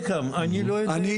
אני לא יודע,